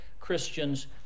Christians